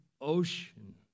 ocean